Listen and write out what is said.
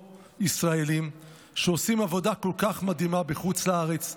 הפרו-ישראלים שעושים עבודה כל כך מדהימה בחוץ לארץ.